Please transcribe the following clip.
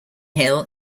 hill